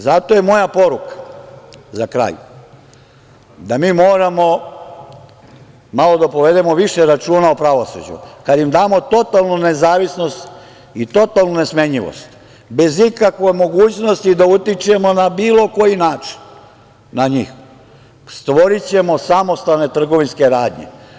Zato je moja poruka, za kraj, da mi moramo malo da povedemo više računa o pravosuđu, kad im damo totalnu nezavisnost i totalnu nesmenjivost, bez ikavke mogućnosti da utičemo na bilo koji način na njih, stvorićemo samostalne trgovinske radnje.